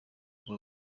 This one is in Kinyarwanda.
urwo